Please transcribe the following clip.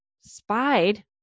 spied